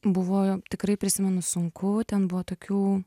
buvo tikrai prisimenu sunku ten buvo tokių